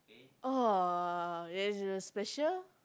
orh there's a special